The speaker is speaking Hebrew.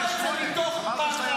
עשה את זה מתוך פחד.